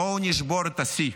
בואו נשבור את השיא.